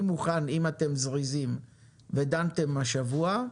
אני מוכן, אם אתם זריזים ודנתם השבוע,